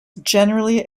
generally